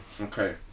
okay